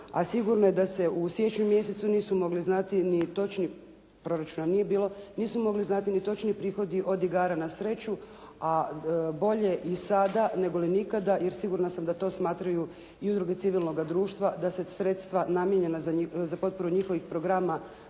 proračuna nije bilo, nisu mogli znati ni točni prihodi od igara na sreću, a bolje i sada negoli nikada, jer sigurna sam da to smatraju i udruge civilnoga društva da se sredstva namijenjena za potporu njihovih programa